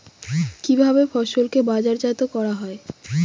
কিভাবে ফসলকে বাজারজাত করা হয়?